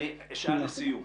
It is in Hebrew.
אני אשאל לסיום.